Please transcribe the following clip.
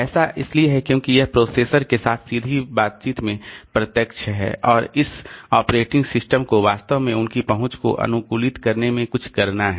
ऐसा इसलिए है क्योंकि यह प्रोसेसर के साथ सीधी बातचीत में प्रत्यक्ष है और इस ऑपरेटिंग सिस्टम को वास्तव में उनकी पहुंच को अनुकूलित करने में कुछ करना है